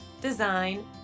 design